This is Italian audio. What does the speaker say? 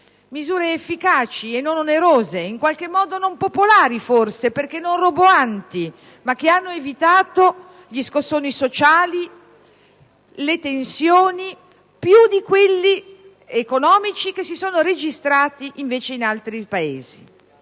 Misure efficaci e non onerose, in qualche modo non popolari, forse, perché non roboanti, ma che hanno evitato le tensioni e gli scossoni sociali, ancor più di quelli economici che si sono registrati invece in altri Paesi.